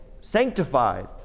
sanctified